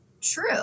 true